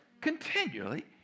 continually